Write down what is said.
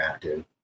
interactive